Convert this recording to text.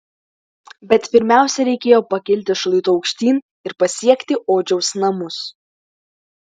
bet pirmiausia reikėjo pakilti šlaitu aukštyn ir pasiekti odžiaus namus